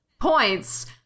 points